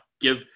give